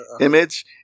image